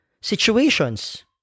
situations